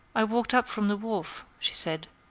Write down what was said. i walked up from the wharf, she said,